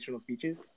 speeches